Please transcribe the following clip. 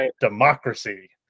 democracy